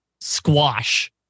squash